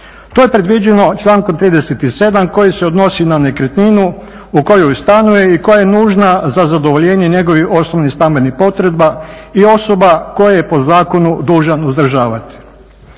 To je predviđeno člankom 37. koji se odnosi na nekretninu u kojoj stanuje i koja je nužna za zadovoljenje njegovih osnovnih stambenih potreba i osoba koje je po zakonu dužan uzdržavati.